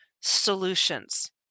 Solutions